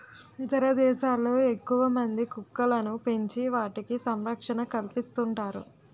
ఇతర దేశాల్లో ఎక్కువమంది కుక్కలను పెంచి వాటికి సంరక్షణ కల్పిస్తుంటారు